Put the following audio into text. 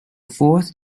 fourth